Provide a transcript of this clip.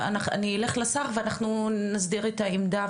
אני אלך לשר ואנחנו נסדיר את העמדה,